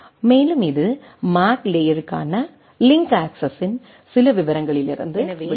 மேலும் இது மேக் லேயருக்கான லிங்க் அக்சஸ்ஸின் சில விவரங்களிலிருந்து விடுவிக்கப்படுகிறது